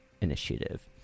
initiative